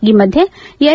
ಈ ಮಧ್ಯೆ ಎಲ್